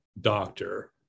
doctor